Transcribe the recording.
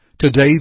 Today